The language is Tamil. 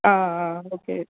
ஆ ஆ ஓகே